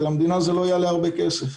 ולמדינה זה לא יעלה הרבה כסף.